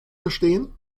verstehen